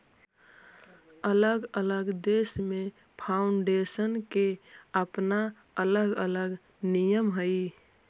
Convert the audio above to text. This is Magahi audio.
अलग अलग देश में फाउंडेशन के अपना अलग अलग नियम हई